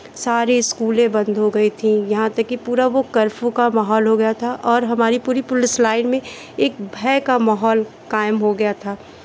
सारी इस्कूलें बंद हो गई थी यहाँ तक की पूरा वो कर्फ्यू का माहौल हो गया था और हमारी पूरी पुलिस लाइन में एक भय का माहौल कायम हो गया था